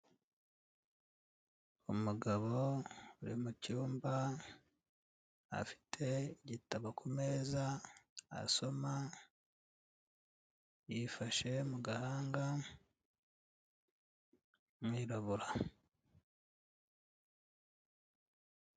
Umugabo uri mu cyumba, afite igitabo ku meza asoma, yifashe mu gahanga ni umwirabura.